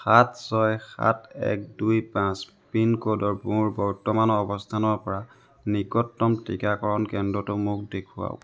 সাত ছয় সাত এক দুই পাঁচ পিনক'ডৰ মোৰ বৰ্তমানৰ অৱস্থানৰ পৰা নিকটতম টীকাকৰণ কেন্দ্ৰটো মোক দেখুৱাওক